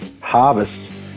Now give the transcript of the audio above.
Harvest